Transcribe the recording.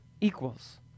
equals